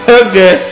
okay